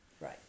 Right